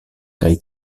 kaj